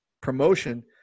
promotion